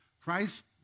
Christ